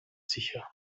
sicher